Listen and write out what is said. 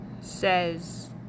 says